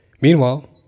Meanwhile